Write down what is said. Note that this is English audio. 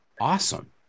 awesome